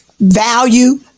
value